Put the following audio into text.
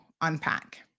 unpack